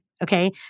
Okay